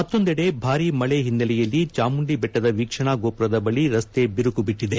ಮತ್ತೊಂದೆಡೆ ಭಾರಿ ಮಳೆ ಹಿನ್ನೆಲೆಯಲ್ಲಿ ಚಾಮುಂಡಿ ಬೆಟ್ಟದ ವೀಕ್ಷಣಾ ಗೋಪುರದ ಬಳ ರತ್ತೆ ಬಿರುಕು ಬಿಟ್ಟದೆ